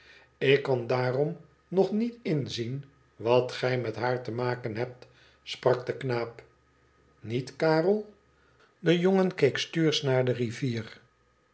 lik kan daarom nog niet inzien wat gij met haar te maken hebt sprak de knaap t niet karel de jongen keek stuursch naar de rivier